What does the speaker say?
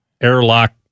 airlock